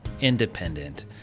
independent